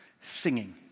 singing